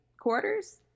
quarters